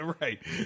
right